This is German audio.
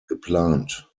geplant